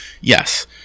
Yes